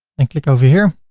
and click over here.